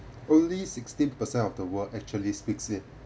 only sixteen percent of the world actually speaks it